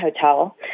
hotel